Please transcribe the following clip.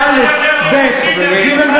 והסטודנטים נאנקים,